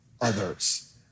others